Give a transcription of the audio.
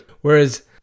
Whereas